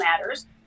matters